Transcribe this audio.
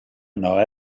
yno